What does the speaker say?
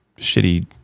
shitty